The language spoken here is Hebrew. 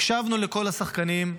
הקשבנו לכל השחקנים,